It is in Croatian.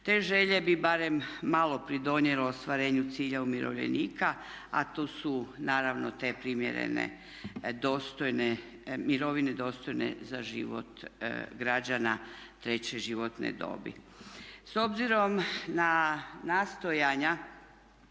Te želje bi barem malo pridonijele ostvarenju cilja umirovljenika, a to su naravno te primjerene mirovine dostojne za život građana treće životne dobi. S obzirom na nastojanja